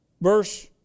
verse